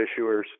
issuers